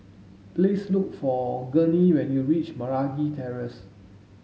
please look for Gurney when you reach Meragi Terrace